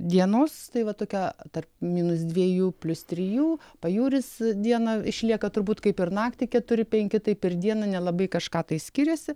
dienos tai va tokia tarp minus dviejų plius trijų pajūris dieną išlieka turbūt kaip ir naktį keturi penki tai per dieną nelabai kažką tai skiriasi